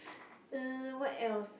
uh what else